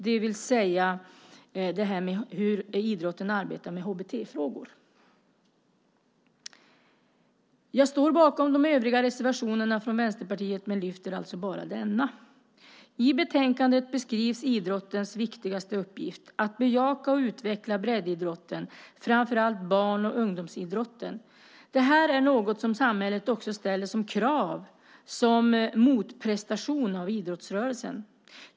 Det handlar om hur idrotten arbetar med HBT-frågor. Jag står bakom de övriga reservationerna från Vänsterpartiet, men yrkar bifall endast till denna reservation. I betänkandet beskrivs idrottens viktigaste uppgift, att bejaka och utveckla breddidrotten, framför allt barn och ungdomsidrotten. Det här är något som samhället också ställer som krav, som en motprestation, på idrottsrörelsen.